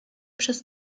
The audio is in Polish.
przez